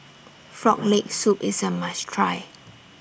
Frog Leg Soup IS A must Try